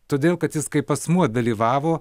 todėl kad jis kaip asmuo dalyvavo